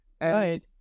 right